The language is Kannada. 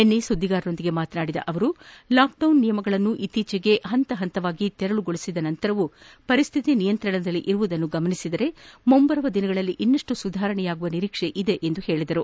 ನಿನ್ನೆ ಸುದ್ದಿಗಾರರೊಂದಿಗೆ ಮಾತನಾಡಿದ ಅವರು ಲಾಕ್ಡೌನ್ ನಿಯಮಗಳನ್ನು ಇತ್ತೀಚೆಗೆ ಕೊಂಚ ತೆರವುಗೊಳಿಸಿದ ನಂತರವೂ ಪರಿಸ್ತಿತಿ ನಿಯಂತ್ರಣದಲ್ಲಿ ಇರುವುದನ್ನು ಗಮನಿಸಿದರೆ ಮುಂಬರುವ ದಿನಗಳಲ್ಲಿ ಇನ್ನಷ್ಟು ಸುಧಾರಿಸುವ ನಿರೀಕ್ಷೆ ಇದೆ ಎಂದು ಹೇಳಿದರು